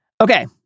okay